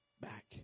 back